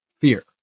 fear